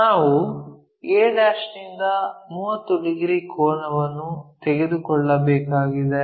ನಾವು a ನಿಂದ 30 degree ಕೋನವನ್ನು ತೆಗೆದುಕೊಳ್ಳಬೇಕಾಗಿದೆ